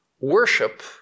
worship